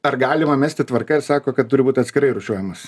ar galima mesti tvarka ir sako kad turi būt atskirai rūšiuojamas